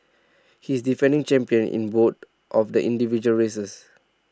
he is defending champion in both of the individual races